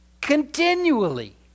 continually